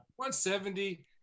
170